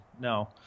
no